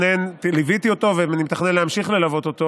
ליוויתי אותו ואני מתכנן להמשיך ללוות אותו.